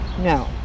No